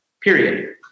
period